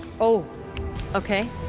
oh okay,